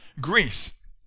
Greece